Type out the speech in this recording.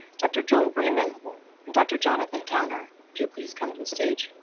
dr. joel freeman and dr. jonathan towner if you'll please come to the stage.